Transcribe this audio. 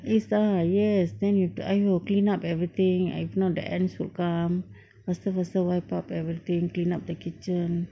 it's ah yes then you have to !aiyo! clean up everything if not the ants will come faster faster wipe up everything clean up the kitchen